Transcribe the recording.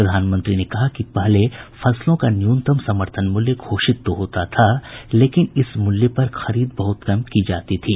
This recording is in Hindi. प्रधानमंत्री ने कहा कि पहले फसलों का न्यूनतम समर्थन मूल्य घोषित तो होता था लेकिन इस मूल्य पर खरीद बहुत कम की जाती थी